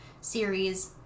series